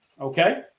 okay